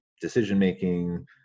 decision-making